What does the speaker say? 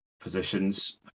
positions